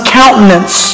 countenance